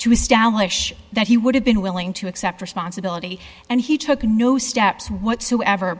to establish that he would have been willing to accept responsibility and he took a no steps whatsoever